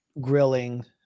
grilling